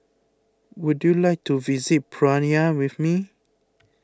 would you like to visit Praia with me